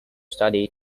studies